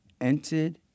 Entered